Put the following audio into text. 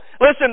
Listen